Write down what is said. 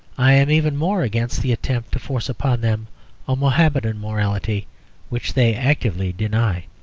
i am even more against the attempt to force upon them a mohamedan morality which they actively deny.